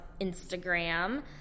Instagram